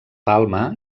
palma